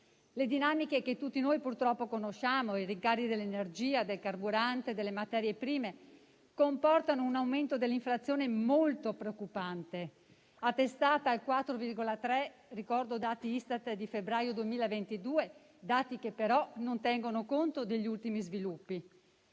Le dinamiche che tutti purtroppo conosciamo (i rincari dell'energia, del carburante e delle materie prime) comportano un aumento dell'inflazione molto preoccupante, attestata al 4,3 per cento, secondo i dati Istat di febbraio 2022 - lo ricordo - che però non tengono conto degli ultimi sviluppi.